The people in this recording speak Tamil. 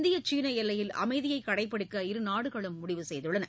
இந்தியா சீனா எல்லையில் அமைதியைக் கடைப்பிடிக்க இரு நாடுகளும் முடிவு செய்துள்ளன